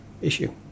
issue